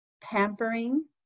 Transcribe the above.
pampering